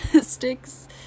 sticks